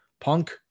Punk